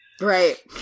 Right